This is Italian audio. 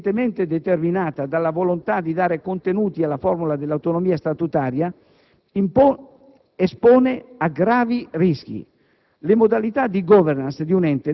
Tale evasività, evidentemente determinata dalla volontà di dare contenuti alla formula dell'autonomia statutaria, espone a gravi rischi.